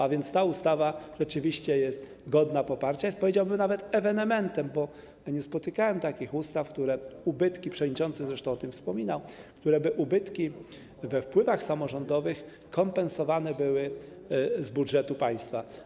A więc ta ustawa rzeczywiście jest godna poparcia, jest, powiedziałbym nawet, ewenementem, bo nie spotykałem takich ustaw - przewodniczący zresztą o tym wspomniał - w przypadku których ubytki we wpływach samorządowych kompensowane były z budżetu państwa.